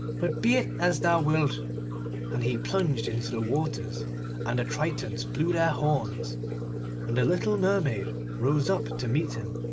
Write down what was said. but be it as thou wilt and he plunged into the waters and the tritons blew their horns and the little mermaid rose up to meet him,